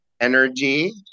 Energy